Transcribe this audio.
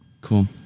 cool